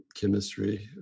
chemistry